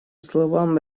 словам